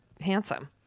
handsome